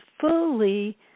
fully